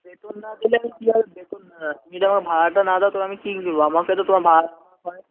বেতন না দিলে তুমি আমার বেতন না না তুমি যদি আমার ভাড়াটা না দাও তো আমি কী বলবো আমাকে তো তোমার ভাড়াটা আমার ঘরে